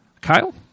Kyle